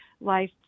life